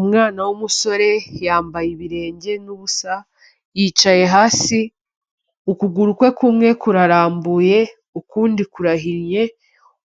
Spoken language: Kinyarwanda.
Umwana w'umusore yambaye ibirenge n'ubusa, yicaye hasi, ukuguru kwe kumwe kurarambuye ukundi kurahinnye,